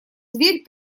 дверь